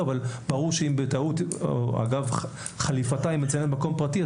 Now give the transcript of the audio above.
אבל ברור שאם בטעות או אגב חליפתה היא מצלמת במקום פרטי,